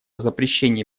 запрещении